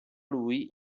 lui